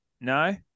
no